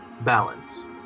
Balance